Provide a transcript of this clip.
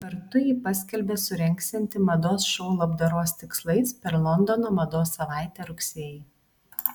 kartu ji paskelbė surengsianti mados šou labdaros tikslais per londono mados savaitę rugsėjį